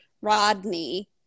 Rodney